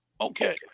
Okay